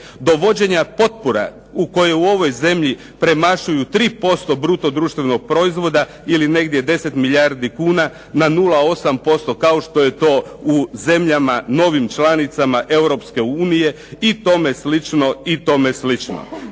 dovođenja potpora u koje u ovoj zemlji premašuju 3% bruto društvenog proizvoda, ili negdje 10 milijardi kuna na 0,8% kao što je u zemljama novim članicama Europske unije, i tome slično i tome slično.